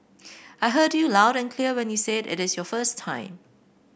I heard you loud and clear when you said it is your first time